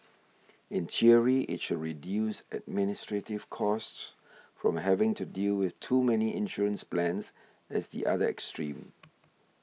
in theory it should reduce administrative costs from having to deal with too many insurance plans as the other extreme